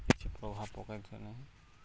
କିଛି ପ୍ରଭାବ ପକାଇ ଥିନି